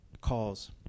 calls